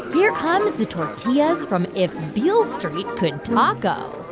here comes the tortillas from if beale street could taco.